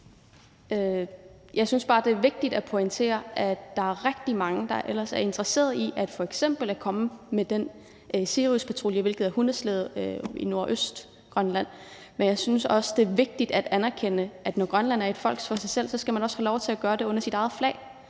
Jeg synes bare, det er vigtigt at pointere, at der er rigtig mange, der ellers er interesseret i f.eks. at komme med Siriuspatruljen, hvilket er hundeslæde i Nordøstgrønland. Men jeg synes også, det er vigtigt at anerkende, at når Grønland er et folk for sig selv, skal man også have lov til at gøre det under sit eget flag,